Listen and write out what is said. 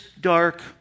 dark